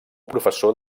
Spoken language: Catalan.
professor